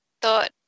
thought